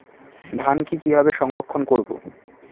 ধানকে কিভাবে সংরক্ষণ করব?